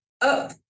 up